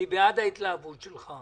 אני בעד ההתלהבות שלך.